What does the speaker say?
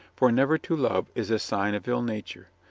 for never to love is a sign of ill nature!